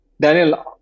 Daniel